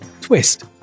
twist